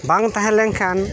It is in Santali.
ᱵᱟᱝ ᱛᱟᱦᱮᱸ ᱞᱮᱱ ᱠᱷᱟᱱ